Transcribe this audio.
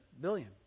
billion